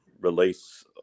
release